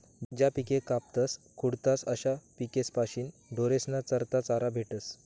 ज्या पिके कापातस खुडातस अशा पिकेस्पाशीन ढोरेस्ना करता चारा भेटस